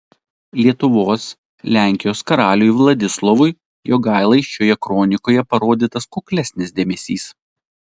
lietuvos lenkijos karaliui vladislovui jogailai šioje kronikoje parodytas kuklesnis dėmesys